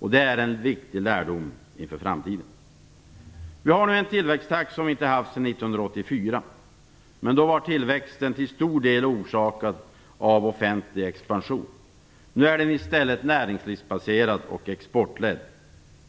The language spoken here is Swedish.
Det är en viktig lärdom inför framtiden. Vi har nu en tillväxttakt som vi inte haft sedan 1984. Då var emellertid tillväxten till stor del orsakad av offentlig expansion. Nu är den i stället näringslivsbaserad och exportledd.